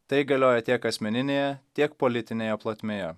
tai galioja tiek asmeninėje tiek politinėje plotmėje